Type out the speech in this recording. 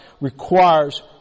requires